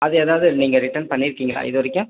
அது எதாவது நீங்கள் ரிட்டர்ன் பண்ணிருக்கீங்களா இது வரைக்கும்